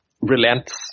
relents